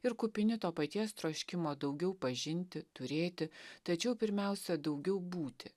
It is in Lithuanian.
ir kupini to paties troškimo daugiau pažinti turėti tačiau pirmiausia daugiau būti